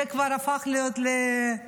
זה כבר הפך להיות הרגל.